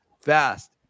fast